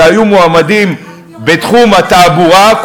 כשהיו מועמדים בתחום התעבורה,